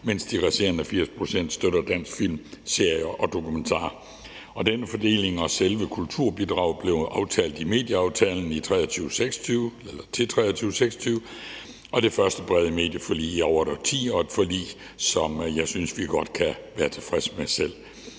mens de resterende 80 pct. skal støtte dansk film, serier og dokumentarer. Denne fordeling og selve kulturbidraget blev aftalt i medieaftalen for 2023-2026, det første brede medieforlig i over et årti og et forlig, som jeg synes vi godt kan være tilfredse med.